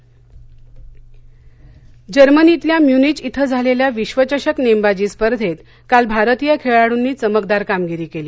नेमबाजी जर्मनीतल्या म्यूनिच इथं झालेल्या विश्वचषक नेमबाजी स्पर्धेत काल भारतीय खेळाडूंनी चमकदार कामगिरी केली